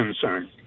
concern